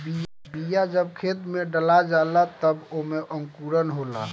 बिया जब खेत में डला जाला तब ओमे अंकुरन होला